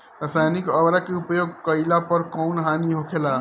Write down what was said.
रसायनिक उर्वरक के उपयोग कइला पर कउन हानि होखेला?